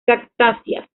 cactáceas